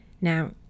Now